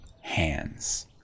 hands